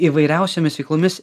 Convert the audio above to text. įvairiausiomis veiklomis